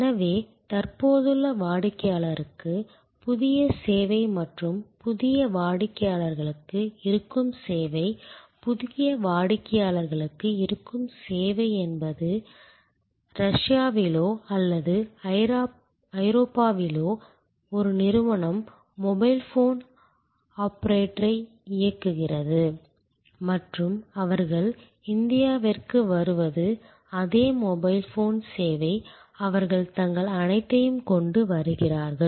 எனவே தற்போதுள்ள வாடிக்கையாளருக்கு புதிய சேவை மற்றும் புதிய வாடிக்கையாளருக்கு இருக்கும் சேவை புதிய வாடிக்கையாளருக்கு இருக்கும் சேவை என்பது ரஷ்யாவிலோ அல்லது ஐரோப்பாவிலோ ஒரு நிறுவனம் மொபைல் ஃபோன் ஆபரேட்டரை இயக்குகிறது மற்றும் அவர்கள் இந்தியாவிற்கு வருவது அதே மொபைல் போன் சேவை அவர்கள் தங்கள் அனைத்தையும் கொண்டு வருகிறார்கள்